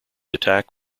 attack